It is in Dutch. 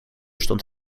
stond